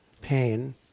pain